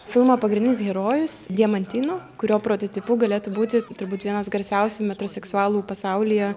filmo pagrindinis herojus diamantino kurio prototipu galėtų būti turbūt vienas garsiausių metroseksualų pasaulyje